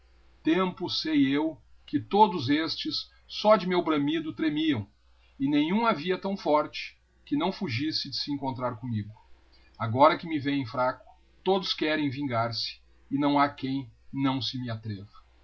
tempo sei eu que todos estes só de meu bramido treiíiião e nemhuin havia ião forte que não fugisse de se encontrar comuiigo agora que me vem fraco todos querem vingar-se e naoha quem não se me atreva